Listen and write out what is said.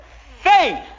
faith